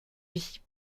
vie